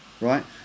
Right